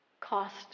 cost